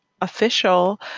official